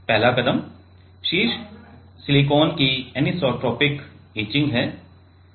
पहला कदम शीर्ष सिलिकॉन की अनिसोट्रोपिक इचिंग है